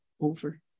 over